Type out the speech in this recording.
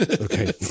Okay